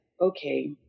okay